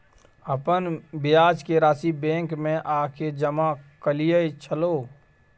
अपन ब्याज के राशि बैंक में आ के जमा कैलियै छलौं?